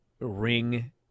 ring